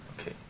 Okay